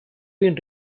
been